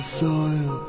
soil